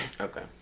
Okay